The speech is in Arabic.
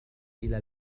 إلى